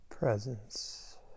Presence